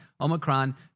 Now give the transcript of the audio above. Omicron